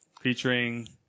Featuring